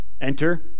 Enter